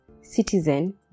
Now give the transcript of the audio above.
Citizen